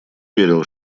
верил